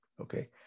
Okay